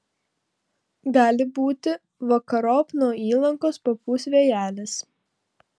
gali būti vakarop nuo įlankos papūs vėjelis